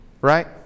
Right